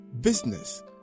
business